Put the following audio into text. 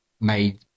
made